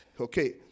Okay